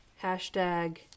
Hashtag